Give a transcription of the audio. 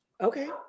Okay